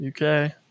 UK